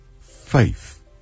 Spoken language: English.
faith